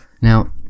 Now